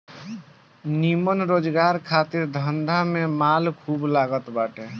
निमन रोजगार खातिर धंधा में माल खूब लागत बाटे